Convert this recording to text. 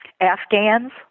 afghans